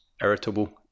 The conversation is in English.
Irritable